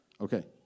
Okay